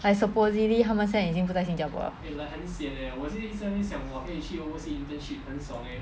supposedly 他们现在已经不在新加坡 liao